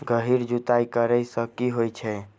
गहिर जुताई करैय सँ की होइ छै?